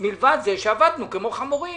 מלבד זה שעבדנו כמו חמורים.